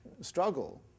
struggle